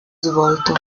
svolto